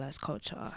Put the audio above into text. culture